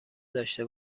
داشته